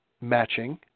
matching